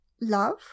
Love